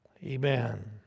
Amen